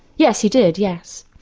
yes, he did yes.